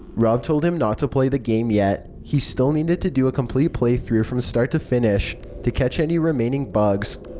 rob told him not to play the game yet he still needed to do a complete play through from start to finish. to catch any remaining bugs.